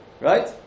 right